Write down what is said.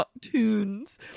tunes